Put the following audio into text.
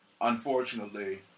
unfortunately